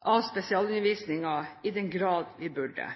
av spesialundervisningen i den grad vi burde.